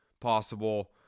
possible